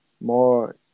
more